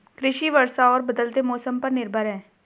कृषि वर्षा और बदलते मौसम पर निर्भर है